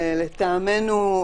לטעמנו,